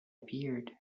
appeared